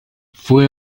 fue